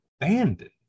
abandoned